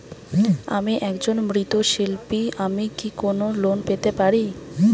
আমি একজন মৃৎ শিল্পী আমি কি কোন লোন পেতে পারি?